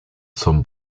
zum